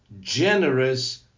generous